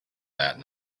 that